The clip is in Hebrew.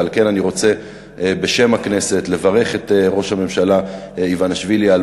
ועל כן אני רוצה בשם הכנסת לברך את ראש הממשלה איוואנשווילי על